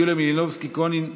יוליה מלינובסקי קונין,